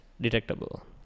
detectable